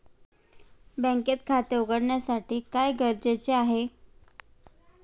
बँकेत खाते उघडण्यासाठी काय गरजेचे आहे?